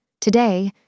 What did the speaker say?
Today